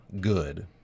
good